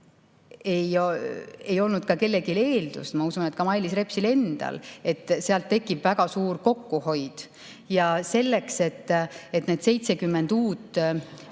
ei olnud kellelgi eeldus, ma usun, ka mitte Mailis Repsil endal, et sealt tekib väga suur kokkuhoid. Ja selleks, et need 70 uut